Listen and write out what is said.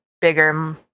bigger